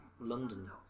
London